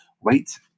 Wait